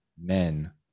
men